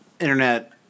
Internet